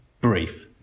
brief